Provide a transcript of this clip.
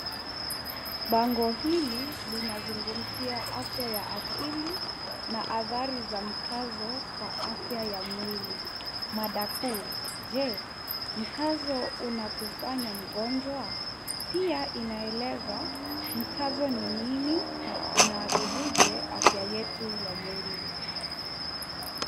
Bango hili linazungumzia afya ya akili na hatari za mkazo kwa afya ya mwili. Mada kuu "je mkazo unakufanya mgonjwa?" pia inaeleza mkazo ni nini na unadhirije afya yetu ya mwili.